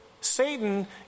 satan